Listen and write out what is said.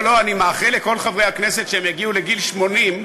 לא, אני מאחל לכל חברי הכנסת שהם יגיעו לגיל 80,